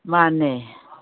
ꯃꯥꯟꯅꯦ